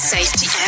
Safety